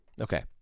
Okay